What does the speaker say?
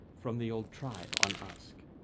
from the old tribe on usk.